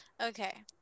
Okay